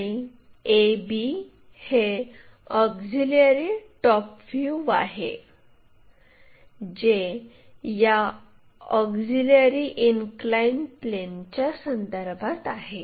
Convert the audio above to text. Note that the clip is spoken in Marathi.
आणि a b हे ऑक्झिलिअरी टॉप व्ह्यू आहे जे या ऑक्झिलिअरी इनक्लाइन प्लेनच्या संदर्भात आहे